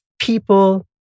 people